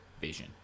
Vision